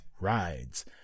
rides